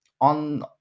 on